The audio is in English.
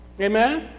Amen